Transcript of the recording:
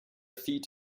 feet